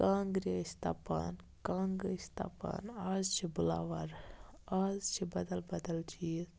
کانٛگرِ ٲسۍ تَپان کَنٛگ ٲسۍ تَپان آز چھِ بٕلَوَر آز چھِ بَدَل بَدَل چیٖز